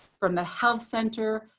from the health center,